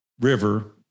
river